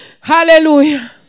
Hallelujah